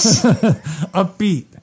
Upbeat